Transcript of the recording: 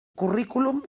currículum